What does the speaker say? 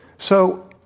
so,